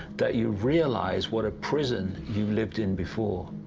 that you realize, what a prison you lived in before.